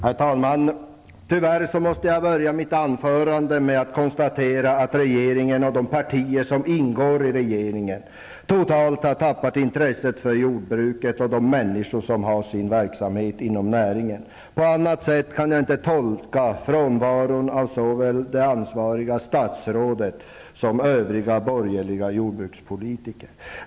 Herr talman! Tyvärr måste jag börja mitt anförande med att konstatera att regeringen och de partier som ingår i regeringen totalt har tappat intresset för jordbruket och de människor som är verksamma inom näringen. På annat sätt kan jag inte tolka frånvaron av såväl det ansvariga statsrådet som övriga borgerliga jordbrukspolitiker.